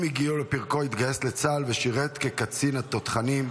עם הגיעו לפרקו התגייס לצה"ל ושירת כקצין התותחנים.